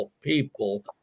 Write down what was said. people